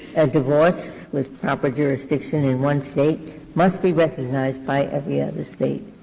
and divorce with proper jurisdiction in one state must be recognized by every other state,